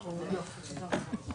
אני מתכבד לפתוח את ועדת הכנסת,